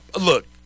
Look